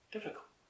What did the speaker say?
Difficult